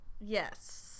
yes